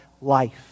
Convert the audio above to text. life